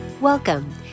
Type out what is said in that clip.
Welcome